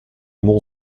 mont